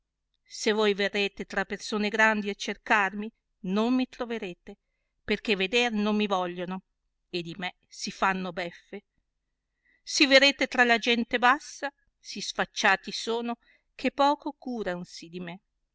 se voi verrete tra persone grandi a cercarmi non mi troverete perchè veder non mi vogliono e di me si fanno beffe si verrete tra la gente bassa si sfacciati sono che poco curansi di me